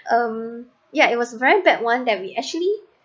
um yeah it was very bad one that we actually